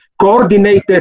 coordinated